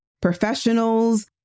professionals